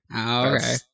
okay